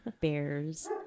Bears